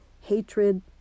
hatred